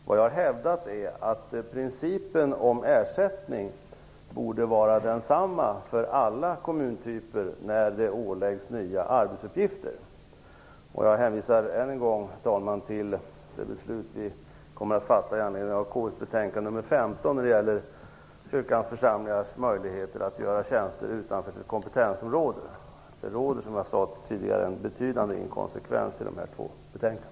Vad jag har hävdat är att principen om ersättning borde vara densamma för alla kommuntyper som åläggs nya arbetsuppgifter. Jag hänvisar än en gång, herr talman, till det beslut som vi kommer att fatta i anledning av KU:s betänkande nr 15 gällande kyrkans församlingars möjligheter att utföra tjänster utanför deras kompetensområde. Som jag tidigare sade råder det en betydande inkonsekvens i de två betänkandena.